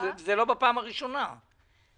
זה הזמן להגביר את הגירעון כי אין לנו ברירה אחרת.